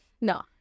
No